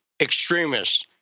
extremists